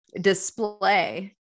display